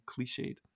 cliched